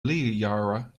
lekrjahre